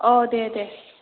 औ दे दे